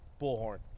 bullhorn